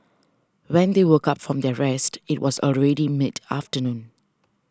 when they woke up from their rest it was already mid afternoon